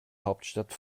hauptstadt